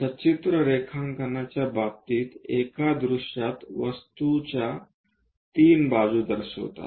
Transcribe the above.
सचित्र रेखांकनाच्या बाबतीत एका दृश्यात वस्तूच्या 3 बाजू दर्शवितात